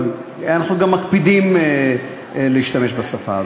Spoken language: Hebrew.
אבל אנחנו גם מקפידים להשתמש בשפה הזאת.